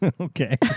Okay